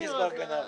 בסדר,